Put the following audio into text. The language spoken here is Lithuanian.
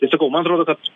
tai sakau man atrodo kad